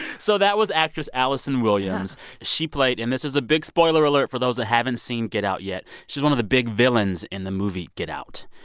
so that was actress allison williams. she played and this is a big spoiler alert for those that haven't seen get out yet she's one of the big villains in the movie get out.